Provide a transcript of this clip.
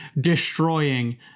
destroying